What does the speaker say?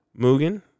Mugen